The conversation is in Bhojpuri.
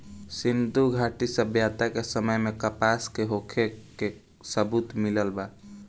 सिंधुघाटी सभ्यता के समय में कपास के होखे के सबूत मिलल बा